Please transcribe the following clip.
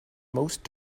most